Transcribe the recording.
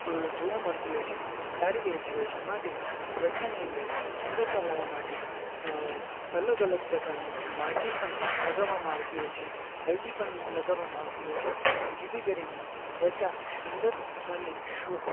જોવા મળતી હોય છે સારી રહેતી હોય છે માટે ત્વચાની અંદર સુંદરતા લાવવા માટે અલગ અલગ પ્રકારની માટી પણ લગાવવામાં આવતી હોય છે હલ્દી પણ લગાવવામાં આવતી હોય છે જેથી કરીને ત્વચા સુંદર અને શુહ